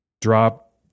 drop